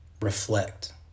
Reflect